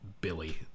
Billy